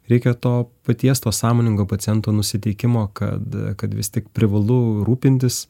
reikia to patiesto sąmoningo paciento nusiteikimo kad kad vis tik privalu rūpintis